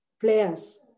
players